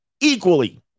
equally